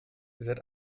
seid